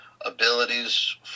abilities